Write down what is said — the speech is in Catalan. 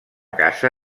casa